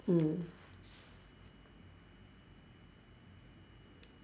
mm